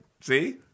See